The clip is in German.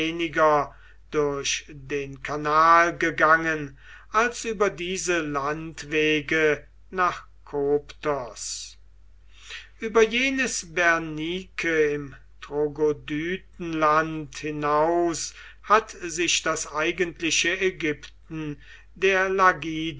durch den kanal gegangen als über diese landwege nach koptos über jenes berenike im trogodytenland hinaus hat sich das eigentliche ägypten der